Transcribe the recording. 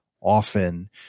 often